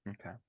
okay